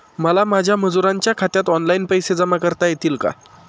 मला माझ्या मजुरांच्या खात्यात ऑनलाइन पैसे जमा करता येतील का?